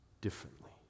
differently